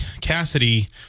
Cassidy